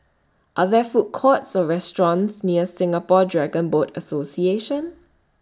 Are There Food Courts Or restaurants near Singapore Dragon Boat Association